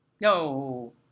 no